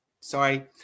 Sorry